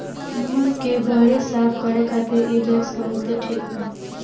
मुंह के बरे साफ करे खातिर इ वैक्स बहुते ठिक बा